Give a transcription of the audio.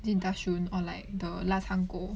is it dachshund or like the 腊肠狗